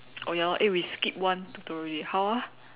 oh ya lor eh we skip one tutorial already how ah